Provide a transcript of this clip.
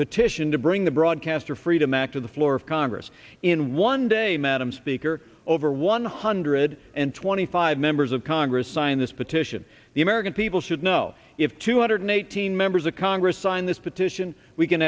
petition to bring the broadcaster freedom act to the floor of congress in one day madam speaker over one hundred and twenty five members of congress signed this petition the american people should know if two hundred eighteen members of congress signed this petition we can